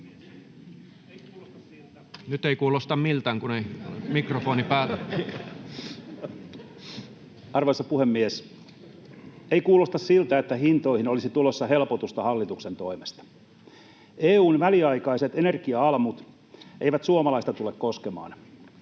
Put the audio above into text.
Arvoisa puhemies! Ei kuulosta siltä, että hintoihin olisi tulossa helpotusta hallituksen toimesta. EU:n väliaikaiset energia-almut eivät suomalaista tule koskemaan,